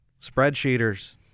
Spreadsheeters